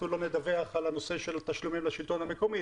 לא נדווח על הנושא של התשלומים לשלטון המקומי.